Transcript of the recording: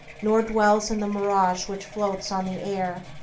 nor dwells in the mirage which floats on the air,